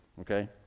okay